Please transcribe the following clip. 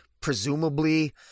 presumably